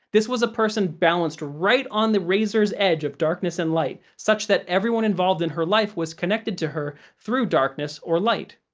this was a person balanced right on the razor's edge of darkness and light, such that everyone involved in her life was connected to her through darkness or light.